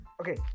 Okay